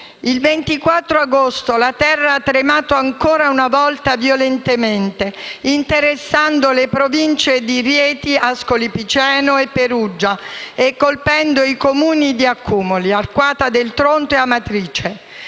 Il 24 agosto la terra ha tremato ancora una volta violentemente, interessando le Province di Rieti, Ascoli Piceno e Perugia e colpendo i Comuni di Accumoli, Arquata del Tronto e Amatrice,